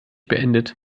beendet